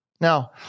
Now